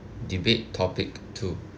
debate topic two